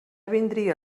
vindria